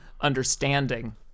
understanding